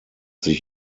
sich